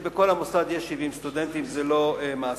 כשבכל המוסד יש 70 סטודנטים, זה לא מעשי.